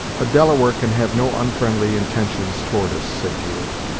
a delaware can have no unfriendly intentions towards us, said judith,